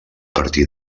partir